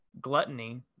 gluttony